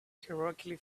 heroically